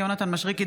יונתן מישרקי,